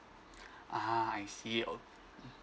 ah I see okay